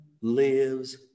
lives